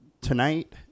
tonight